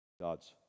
God's